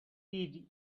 did